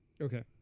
Okay